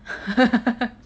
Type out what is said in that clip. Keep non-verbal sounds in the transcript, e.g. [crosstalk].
[laughs]